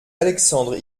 alexandre